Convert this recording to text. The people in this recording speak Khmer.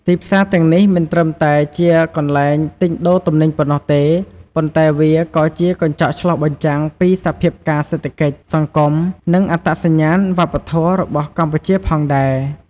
ទីផ្សារទាំងនេះមិនត្រឹមតែជាកន្លែងទិញដូរទំនិញប៉ុណ្ណោះទេ ប៉ុន្តែវាក៏ជាកញ្ចក់ឆ្លុះបញ្ចាំងពីសភាពការណ៍សេដ្ឋកិច្ច សង្គម និងអត្តសញ្ញាណវប្បធម៌របស់កម្ពុជាផងដែរ។